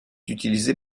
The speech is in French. utilisé